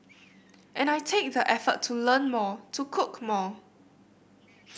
and I take the effort to learn more to cook more